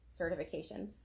certifications